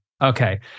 Okay